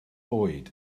oed